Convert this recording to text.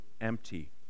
empty